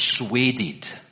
persuaded